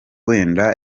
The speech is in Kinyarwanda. wenda